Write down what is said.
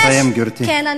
כן,